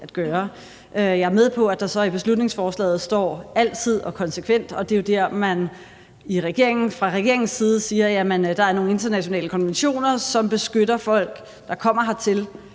Jeg er med på, at der så i beslutningsforslaget står »altid«, og at det skal være konsekvent, og det er jo der, man fra regeringens side siger, at der er nogle internationale konventioner, som beskytter folk, der kommer hertil,